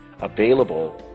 available